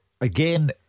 Again